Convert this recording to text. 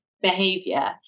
behavior